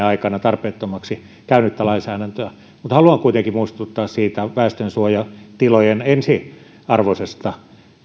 aikana tarpeettomaksi käynyttä lainsäädäntöä mutta haluan kuitenkin muistuttaa siitä väestönsuojatilojen ensiarvoisesta